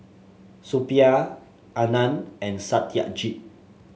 Suppiah Anand and Satyajit